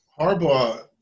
Harbaugh